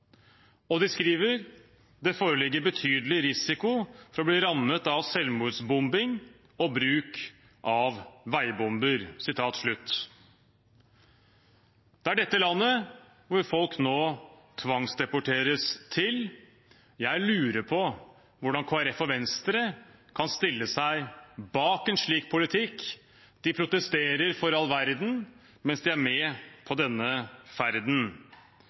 Afghanistan.» De skriver også: «Det foreligger betydelig risiko for å bli rammet av selvmordsbombing og bruk av veibomber.» Det er dette landet folk nå tvangsdeporteres til. Jeg lurer på hvordan Kristelig Folkeparti og Venstre kan stille seg bak en slik politikk. De protesterer for all verden mens de er med på denne ferden.